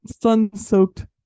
sun-soaked